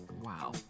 Wow